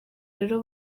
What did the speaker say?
rero